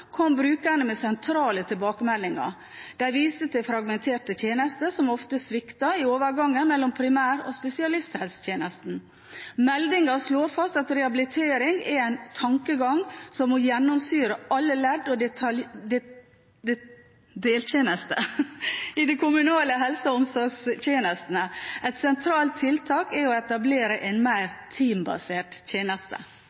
kom brukerne med sentrale tilbakemeldinger. De viste til fragmenterte tjenester som ofte sviktet i overgangen mellom primærhelsetjenesten og spesialisthelsetjenesten. Meldingen slår fast at rehabilitering er en tankegang som må gjennomsyre alle ledd og deltjenester i de kommunale helse- og omsorgstjenestene. Et sentralt tiltak er å etablere en